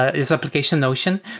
ah is application notion,